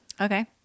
Okay